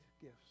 gifts